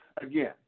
again